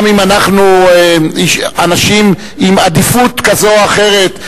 גם אם אנחנו אנשים עם עדיפות כזו או אחרת,